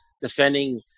defending